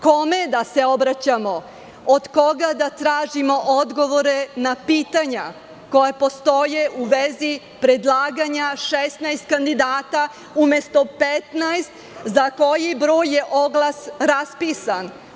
Kome da se obraćamo, od koga da tražimo odgovore na pitanja koja postoje u vezi predlaganja 16 kandidata umesto 15, za koji broj je oglas raspisan?